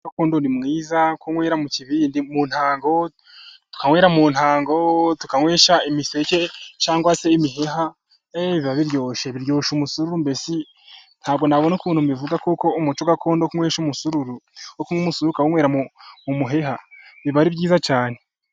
Umuco gakondo ni mwiza, kunywera mu kibindi mu ntango, twanyweraga mu ntango tukanywesha imiseke, cyangwa se imiheha, biba biryoshye! biryoshya umusururu, mbese ntabwo nabona ukuntu mbivuga, kuko umuco gakunda kunywesha umusururu, wo kunywa umusururu ukawunywera mu muheha biba ari byiza cyane.